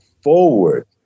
forward